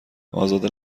ازاده